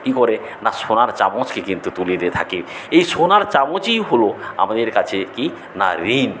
কি করে না সোনার চামচকে কিন্তু তুলে দিয়ে থাকে এই সোনার চামচই হলো আমাদের কাছে কি না ঋণ